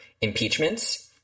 impeachments